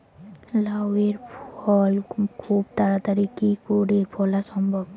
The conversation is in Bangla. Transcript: লাউ এর ফল খুব তাড়াতাড়ি কি করে ফলা সম্ভব?